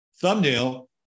thumbnail